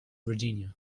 virginia